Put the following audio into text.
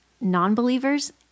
non-believers